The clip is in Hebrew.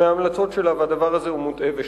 מהמלצות שלה, והדבר הזה הוא מוטעה ושגוי.